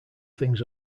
things